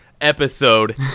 episode